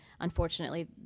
unfortunately